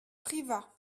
privas